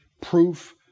proof